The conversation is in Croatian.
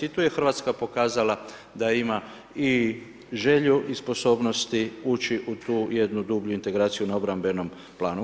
I tu je Hrvatska pokazala da ima i želju i sposobnosti ući u tu jednu dublju integraciju na obrambenom planu.